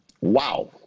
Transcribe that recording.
Wow